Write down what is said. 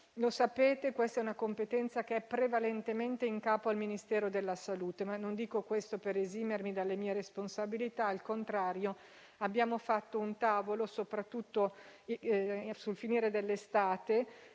Voi sapete che questa è una competenza che è prevalentemente in capo al Ministero della salute, ma non dico questo per esimermi dalle mie responsabilità. Al contrario, abbiamo fatto un tavolo, soprattutto sul finire dell'estate,